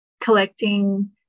collecting